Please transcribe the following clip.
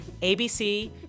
ABC